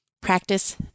Practice